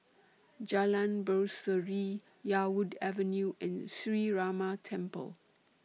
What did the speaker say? Jalan Berseri Yarwood Avenue and Sree Ramar Temple